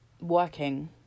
working